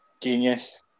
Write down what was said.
Genius